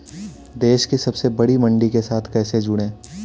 देश की सबसे बड़ी मंडी के साथ कैसे जुड़ें?